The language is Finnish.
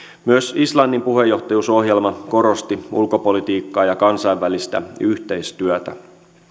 myös islannin puheenjohtajuusohjelma korosti ulkopolitiikkaa ja kansainvälistä yhteistyötä